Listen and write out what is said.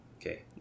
Okay